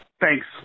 Thanks